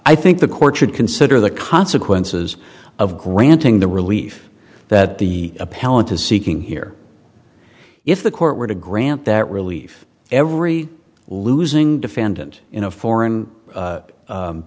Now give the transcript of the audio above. i think the court should consider the consequences of granting the relief that the appellant is seeking here if the court were to grant that relief every losing defendant in a foreign